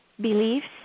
beliefs